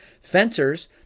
Fencers